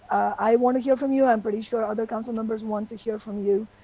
i want to hear from you, i'm pretty sure other councilmembers want to hear from you.